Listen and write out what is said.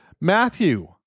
Matthew